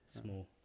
small